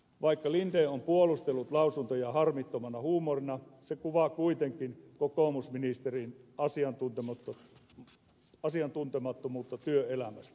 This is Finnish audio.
vaikka linden on puolustellut lausuntoja harmittomana huumorina se kuvaa kuitenkin kokoomusministerin asiantuntemattomuutta työelämästä